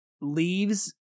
leaves